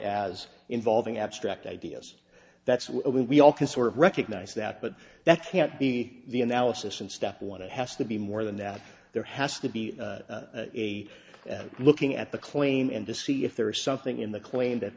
as involving abstract ideas that's what we all can sort of recognize that but that can't be the analysis and step one it has to be more than that there has to be a looking at the claim and to see if there is something in the claim that